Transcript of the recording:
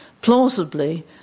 plausibly